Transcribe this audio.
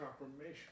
confirmation